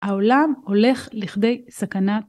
העולם הולך לכדי סכנת.